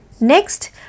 Next